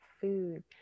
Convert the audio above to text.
food